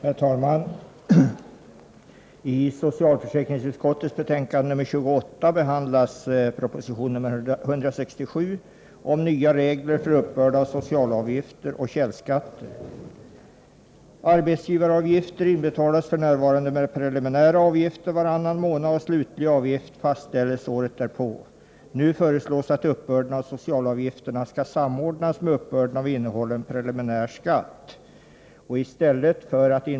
Herr talman! I socialförsäkringsutskottets betänkande nr 28 behandlas proposition nr 167 om nya regler för uppbörd av socialavgifter och källskatter. Arbetsgivaravgifter inbetalas f.n. genom preliminära avgifter varannan månad. Slutlig avgift fastställes året därpå. Nu föreslås att uppbörden av socialavgifterna skall samordnas med uppbörden av innehållen preliminär skatt.